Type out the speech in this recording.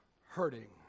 hurting